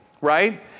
right